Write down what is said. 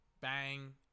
Bang